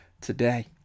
today